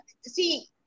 See